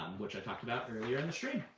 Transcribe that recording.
which i talked about earlier in the stream.